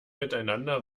miteinander